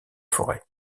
forêts